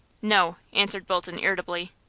no, answered bolton, irritably.